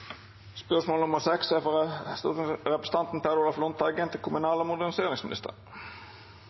Spørsmål 7, fra representanten Liv Signe Navarsete til kommunal- og moderniseringsministeren,